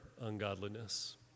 ungodliness